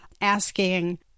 asking